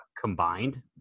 combined